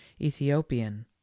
Ethiopian